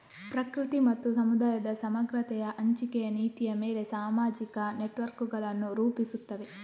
ಪ್ರಕೃತಿ ಮತ್ತು ಸಮುದಾಯದ ಸಮಗ್ರತೆಯ ಹಂಚಿಕೆಯ ನೀತಿಯ ಮೇಲೆ ಸಾಮಾಜಿಕ ನೆಟ್ವರ್ಕುಗಳನ್ನು ರೂಪಿಸುತ್ತವೆ